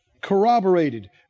corroborated